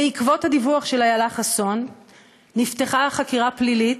בעקבות הדיווח של איילה חסון נפתחה חקירה פלילית,